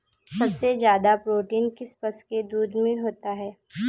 सबसे ज्यादा प्रोटीन किस पशु के दूध में होता है?